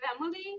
family